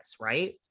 right